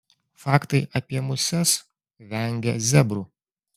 faktai apie muses vengia zebrų